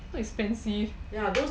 so expensive